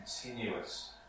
continuous